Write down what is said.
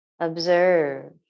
Observe